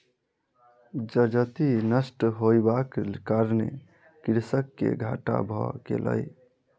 जजति नष्ट होयबाक कारणेँ कृषक के घाटा भ गेलै